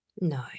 No